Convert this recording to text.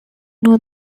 know